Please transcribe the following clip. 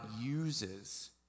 uses